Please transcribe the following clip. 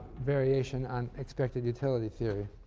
variation on expected utility theory.